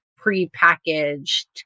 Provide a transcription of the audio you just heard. pre-packaged